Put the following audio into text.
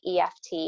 EFT